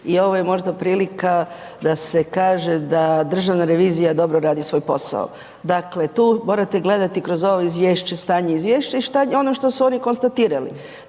i ovo je možda prilika da se kaže da Državna revizija dobro radi svoj posao. Dakle, tu morate gledati kroz ovo izvješće, stanje izvješća i ono što su oni konstatirali.